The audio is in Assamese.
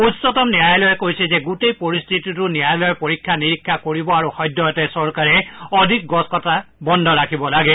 উচ্চতম ন্যায়ালয়ে কৈছে যে গোটেই পৰিস্থিতিটো ন্যায়ালয়ে পৰীক্ষা নীৰিক্ষা কৰিব আৰু সদ্যহতে চৰকাৰে অধিক গছ কাটিব নালাগে